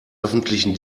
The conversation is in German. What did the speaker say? öffentlichen